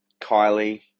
Kylie